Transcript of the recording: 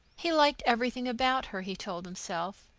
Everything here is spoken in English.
he liked everything about her, he told himself,